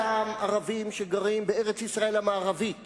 אותם ערבים שגרים בארץ-ישראל המערבית